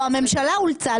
או הממשלה אולצה,